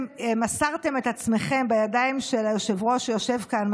מסרתם את עצמכם בידיים של היושב-ראש שיושב כאן,